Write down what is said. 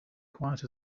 quiet